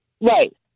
Right